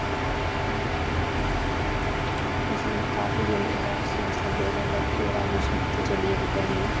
उसी काफी दिन एह्दा अफसोस लग्गे दा रौहंदा कि ओह्दा आभूषण कु'त्थें चली गेआ कुद्धर नेईं